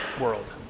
world